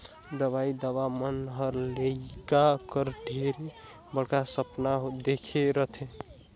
दाई ददा मन हर लेइका बर ढेरे बड़खा सपना देखे रथें